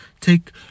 take